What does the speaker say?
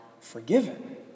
forgiven